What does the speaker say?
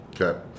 Okay